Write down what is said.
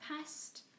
past